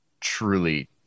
truly